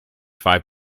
five